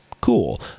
Cool